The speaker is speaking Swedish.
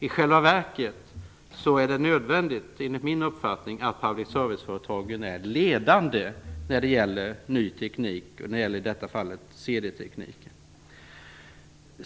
I själva verket är det enligt min uppfattning nödvändigt att public service-företagen är ledande när det gäller ny teknik, i detta fall CD-teknik.